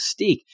Mystique